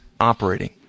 operating